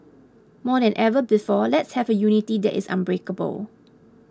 more than ever before let's have a unity that is unbreakable